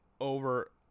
over